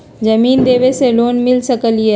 जमीन देवे से लोन मिल सकलइ ह?